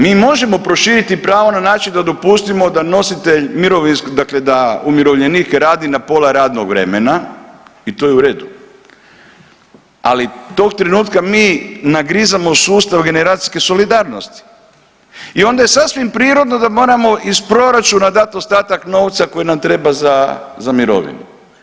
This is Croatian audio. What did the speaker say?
Mi možemo proširiti pravo na način da dopustimo da nositelj mirovinskog, dakle da umirovljenik radi na pola radnog vremena i to je u redu, ali tog trenutka mi nagrizamo sustav generacijske solidarnosti i onda je sasvim prirodno da moramo iz proračuna dati ostatak novca koji nam treba za mirovinu.